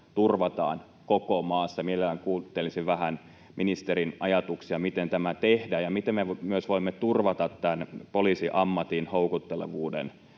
turvataan koko maassa. Mielellään kuuntelisin vähän ministerin ajatuksia, miten tämä tehdään ja miten me myös voimme turvata poliisiammatin houkuttelevuuden